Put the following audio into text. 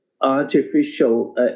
artificial